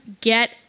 get